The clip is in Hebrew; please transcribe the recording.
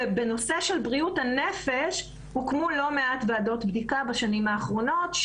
בנושא של בריאות הנפש הוקמו לא מעט ועדות בדיקה בשנים האחרונות.